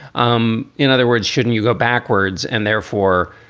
um in other words, shouldn't you go backwards and therefore